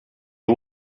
est